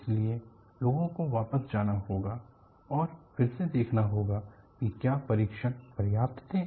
इसलिए लोगो को वापस जाना होगा और फिर से देखना होगा कि क्या परीक्षण पर्याप्त थे